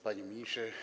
Panie Ministrze!